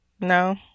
no